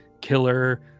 killer